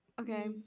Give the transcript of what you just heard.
Okay